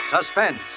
Suspense